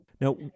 Now